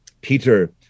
Peter